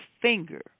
finger